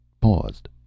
paused